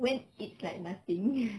when it's like nothing